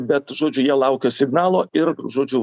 bet žodžiu jie laukė signalo ir žodžiu